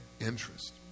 interest